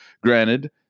Granted